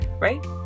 right